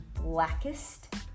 blackest